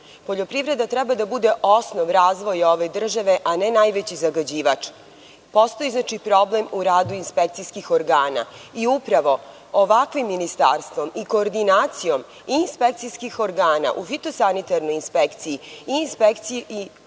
zagađivač. Poljoprivreda treba da bude osnov razvoja ove države, a ne najveći zagađivač. Postoji problem u radu inspekcijskih organa. Upravo ovakvim ministarstvom i koordinacijom i inspekcijskih organa u Fitosanitarnoj inspekciji, i inspekciji koja